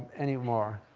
anymore?